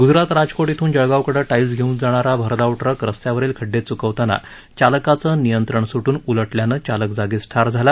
ग्जरात राजकोट इथुन जळगावकडे टाईल्स घेव्न जाणारा भरधाव ट्रक रस्त्यावरील खडुडे च्कवतांना चालकाचं नियंत्रण सुटुन उलटल्यानं चालक जागीच ठार झाला